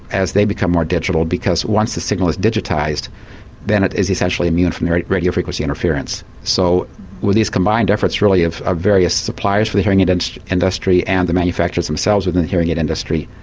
as they become more digital, because once the signal is digitised then it is essentially immune from radio frequency interference. so with these combined efforts really of ah various suppliers for the hearing aid industry and the manufacturers themselves within the hearing aid industry,